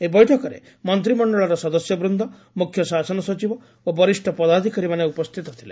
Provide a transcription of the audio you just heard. ଏହି ବୈଠକରେ ମହ୍ତିମଣ୍ତଳର ସଦସ୍ୟବୂନ୍ଦ ମୁଖ୍ୟ ଶାସନ ସଚିବ ଓ ବରିଷ ପଦାଧକାରୀମାନେ ଉପସ୍ରିତ ଥିଲେ